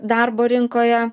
darbo rinkoje